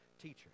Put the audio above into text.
teacher